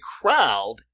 crowd